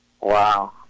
Wow